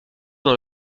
dans